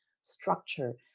structure